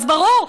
אז ברור,